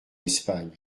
espagne